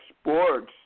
sports